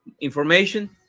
information